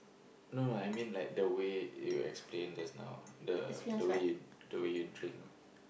no no I mean like the way you explain just now the the way you the way you drink